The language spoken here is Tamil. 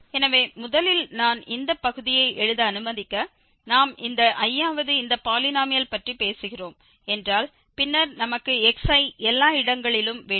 எனவே முதலில் நான் இந்த பகுதியை எழுத அனுமதிக்க நாம் இந்த i வது இந்த பாலினோமியல் பற்றி பேசுகிறோம் என்றால் பின்னர் நமக்கு xi எல்லா இடங்களிலும் வேண்டும்